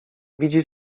widzi